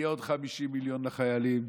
יהיו עוד 50 מיליון לחיילים,